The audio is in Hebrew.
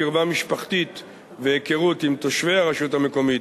קרבה משפחתית או היכרות עם תושבי הרשות המקומית,